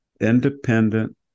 independent